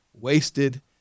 wasted